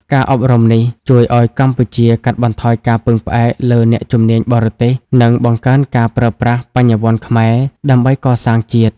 ការអប់រំនេះជួយឱ្យកម្ពុជាកាត់បន្ថយការពឹងផ្អែកលើអ្នកជំនាញបរទេស និងបង្កើនការប្រើប្រាស់ "បញ្ញវន្តខ្មែរ" ដើម្បីកសាងជាតិ។